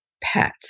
Pet